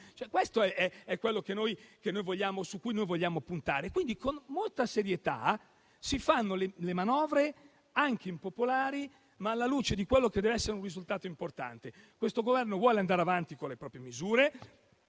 Questo è quello su cui noi vogliamo puntare. Quindi, con molta serietà si fanno le manovre, anche impopolari, ma alla luce di un risultato importante. Questo Governo vuole andare avanti con le proprie misure,